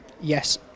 Yes